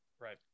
Right